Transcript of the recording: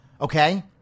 Okay